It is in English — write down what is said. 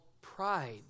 pride